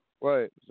Right